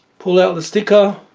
pulled out the sticker,